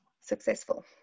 successful